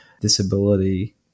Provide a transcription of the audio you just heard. disability